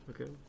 okay